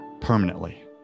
permanently